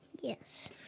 yes